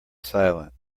silent